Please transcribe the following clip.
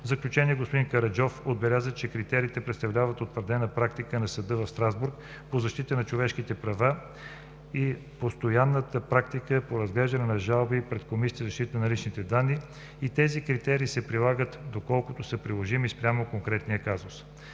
В заключение господин Караджов отбеляза, че критериите представляват утвърдена практика на съда в Страсбург по защита на човешките права и постоянната практика по разглеждане на жалби пред Комисията за защита на личните данни и тези критерии се прилагат доколкото са приложими спрямо конкретния казус.